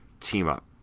team-up